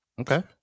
Okay